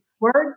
words